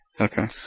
Okay